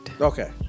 Okay